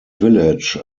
village